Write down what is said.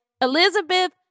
Elizabeth